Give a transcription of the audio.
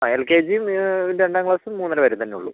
ആ L K ജിയും രണ്ടാം ക്ലാസും മൂന്നര വരെ തന്നേ ഉള്ളൂ